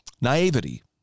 naivety